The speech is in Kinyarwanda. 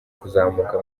kuzamuka